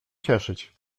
cieszyć